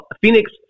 Phoenix